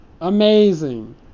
Amazing